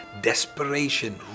desperation